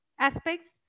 aspects